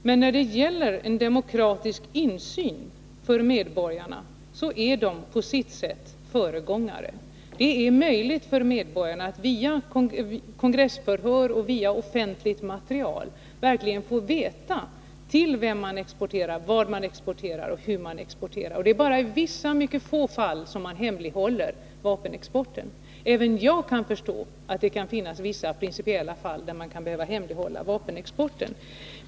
Men när det gäller demokratisk insyn för medborgarna är USA på sitt sätt föregångare. Det är möjligt för medborgarna där att via kongressförhör och via offentligt material verkligen få veta till vem man exporterar, vad man exporterar och hur man exporterar. Det är bara i vissa, ytterst få, fall som man hemlighåller vapenexport. Även jag kan förstå att det kan finnas vissa principiella fall där man behöver hemlighålla vapenexporten.